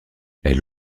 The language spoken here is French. elle